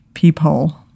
Peephole